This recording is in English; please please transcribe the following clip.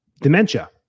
dementia